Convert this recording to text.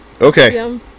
okay